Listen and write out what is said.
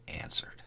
answered